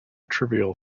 trivial